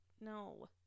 No